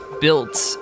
built